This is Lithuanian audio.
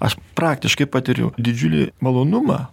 aš praktiškai patiriu didžiulį malonumą